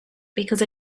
because